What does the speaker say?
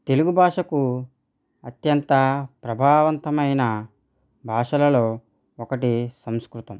తెలుగు భాషకు అత్యంత ప్రభావంతమైన భాషలలో ఒకటి సంస్కృతం